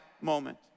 moment